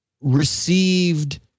received